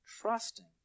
trusting